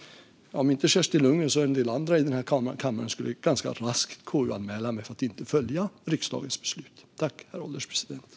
Om inte Kerstin Lundgren skulle KU-anmäla mig för att inte följa riksdagens beslut tror jag att en del andra i denna kammare ganska raskt skulle göra det.